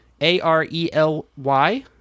a-r-e-l-y